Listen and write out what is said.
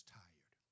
tired